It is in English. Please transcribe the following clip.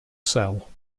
cell